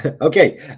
okay